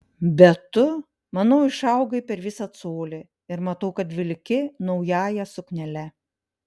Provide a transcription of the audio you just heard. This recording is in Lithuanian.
bet tu manau išaugai per visą colį ir matau kad vilki naująja suknele